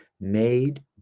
made